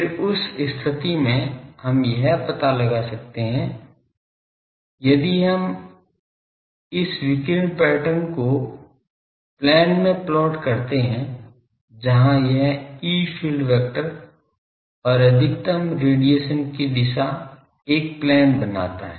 फिर उस स्थिति में हम यह पता लगा सकते हैं कि यदि हम इस विकिरण पैटर्न को प्लेन में प्लॉट करते हैं जहाँ यह ई फील्ड वेक्टर और अधिकतम रेडिएशन की दिशा एक प्लेन बनाता है